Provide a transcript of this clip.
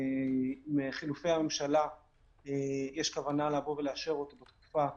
מחילופי הממשלה יש כוונה לאשר אותו בתקופה